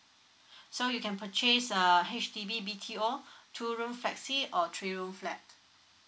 so you can purchase err H_D_B b q all two room flexi or three room flat